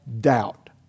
doubt